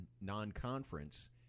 non-conference